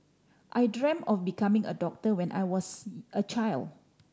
I dreamt of becoming a doctor when I was a child